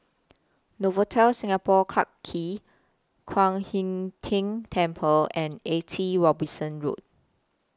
Novotel Singapore Clarke Quay Kwan Im Tng Temple and eighty Robinson Road